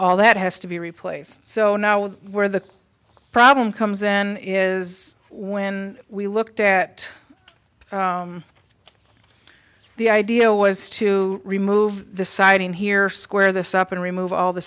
all that has to be replaced so now where the problem comes in is when we looked at the idea was to remove the siding here square this up and remove all the